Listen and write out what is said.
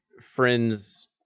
friend's